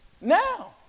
now